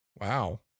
Wow